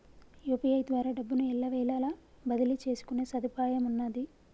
UPI ద్వారా డబ్బును ఎల్లవేళలా బదిలీ చేసుకునే సదుపాయమున్నాది